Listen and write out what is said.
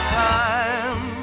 time